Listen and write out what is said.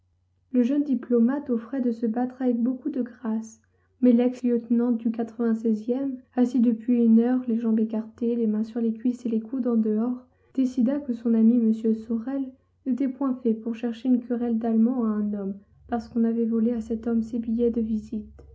le jeune diplomate offrait de se battre avec beaucoup de grâce mais lex lieutenant du e assis depuis une heure les jambes écartées les mains sur les cuisses et les coudes en dehors décida que son ami m sorel n'était point fait pour chercher une querelle d'allemand à un homme parce qu'on avait volé à cet homme ses billets de visite